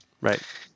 Right